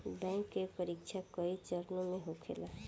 bank के परीक्षा कई चरणों में होखेला